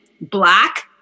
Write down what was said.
Black